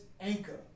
anchor